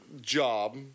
job